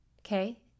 okay